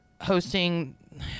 hosting